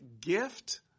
gift